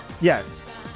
Yes